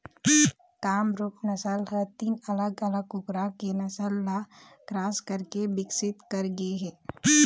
कामरूप नसल ह तीन अलग अलग कुकरा के नसल ल क्रास कराके बिकसित करे गे हे